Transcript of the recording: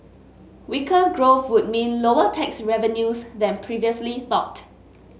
weaker growth would mean lower tax revenues than previously thought